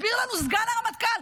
הסביר לנו סגן הרמטכ"ל.